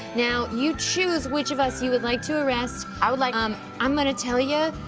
now, you choose which of us you would like to arrest. i would like um, i'm gonna tell ya,